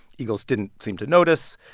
eagles didn't seem to notice.